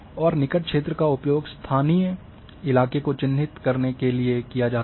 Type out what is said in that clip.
और निकट क्षेत्र का उपयोग स्थानीय इलाके को चिह्नित करने के लिए किया जाता है